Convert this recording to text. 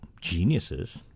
geniuses